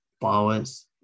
powers